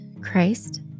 Christ